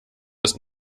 ist